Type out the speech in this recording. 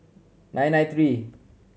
nine nine three